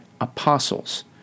apostles